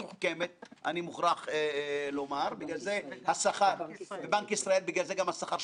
הם ביקשו באופן פרוצדורלי לעשות "קבורת חמור" לוועדה,